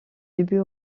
début